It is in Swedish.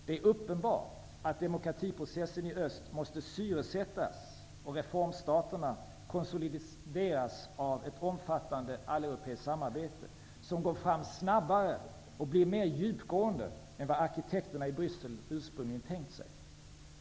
Det är uppenbart att demokratiprocessen i öst måste syresättas och att reformstaterna måste konsolideras av ett omfattande alleuropeiskt samarbete, som går snabbare fram och blir mer djupgående än vad arkitekterna i Bryssel ursprungligen hade tänkt sig.